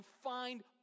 find